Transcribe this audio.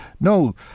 no